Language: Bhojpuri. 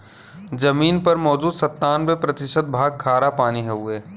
जमीन पर मौजूद सत्तानबे प्रतिशत भाग खारापानी हउवे